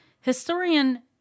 historian